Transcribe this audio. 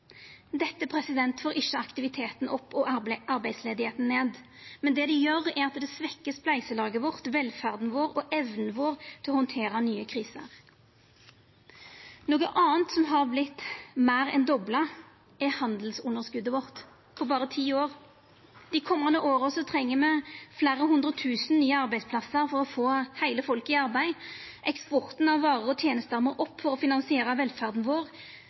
Dette får ikkje aktiviteten opp og arbeidsløysa ned. Det det gjer, er at det svekkjer spleiselaget vårt, velferda vår og evna vår til å handtera nye krisar. Noko anna som har vorte meir enn dobla, er handelsunderskotet vårt – på berre ti år. Dei komande åra treng me fleire hundretusen nye arbeidsplassar for å få heile folket i arbeid. Eksporten av varer og tenester må opp for å finansiera velferda vår.